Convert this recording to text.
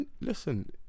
listen